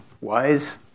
wise